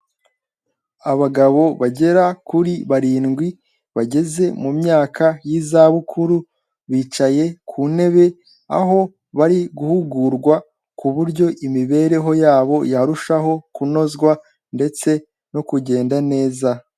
Abagabo bagera kuri barindwi bageze mu myaka y'izabukuru, bicaye ku ntebe aho bari guhugurwa ku buryo imibereho yabo yarushaho kunozwa ndetse no kugenda neza.